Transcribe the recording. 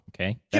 okay